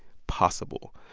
possible.